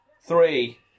three